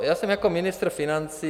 Já jsem jako ministr financí...